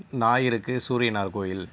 ஞாயிறுக்கு சூரியனார் கோவில்